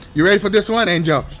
you ready for this one angel?